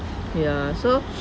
ya so